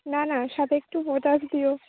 না না সাথে একটু পটাশ দিও